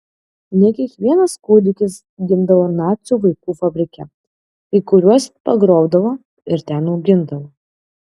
ne kiekvienas kūdikis gimdavo nacių vaikų fabrike kai kuriuos pagrobdavo ir ten augindavo